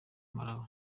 malawi